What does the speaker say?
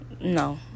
no